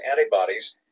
antibodies